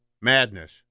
madness